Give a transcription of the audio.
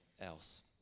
else